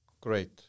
Great